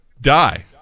die